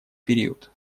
период